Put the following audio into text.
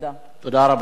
תודה רבה לך.